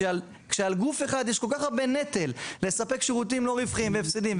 שעל גוף אחד יש כל כך הרבה נטל לספק שירותים לא רווחיים והפסדים,